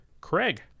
Craig